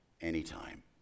anytime